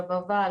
רבבה,